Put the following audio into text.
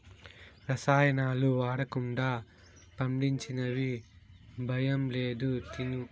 రసాయనాలు వాడకుండా పండించినవి భయం లేదు తిను